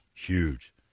Huge